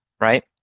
right